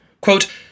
Quote